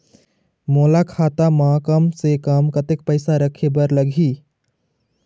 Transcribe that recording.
मोला खाता म कम से कम कतेक पैसा रखे बर लगही?